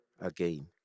Again